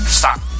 stop